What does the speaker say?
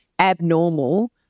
abnormal